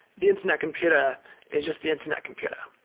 the internet computer is just the internet computer.